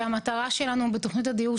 והעלינו גם את הנושא של הפיתוח,